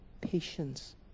patience